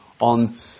on